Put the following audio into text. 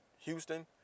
Houston